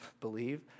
believe